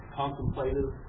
contemplative